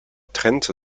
trennte